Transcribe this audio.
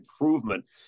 improvement